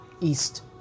east